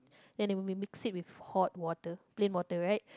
then they will mix it with hot water plain water right